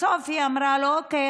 בסוף היא אמרה לו: אוקיי,